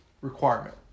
requirement